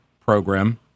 program